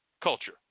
culture